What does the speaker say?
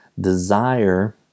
Desire